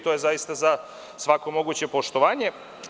To je zaista za svako moguće poštovanje.